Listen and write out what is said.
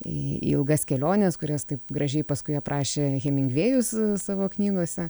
į ilgas keliones kurias taip gražiai paskui aprašė hemingvėjus savo knygose